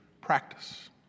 practice